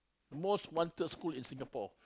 most wanted school in Singapore